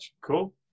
cool